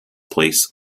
place